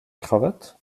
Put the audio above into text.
cravate